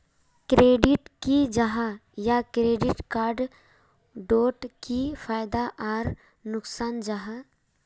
Credit की जाहा या क्रेडिट कार्ड डोट की फायदा आर नुकसान जाहा?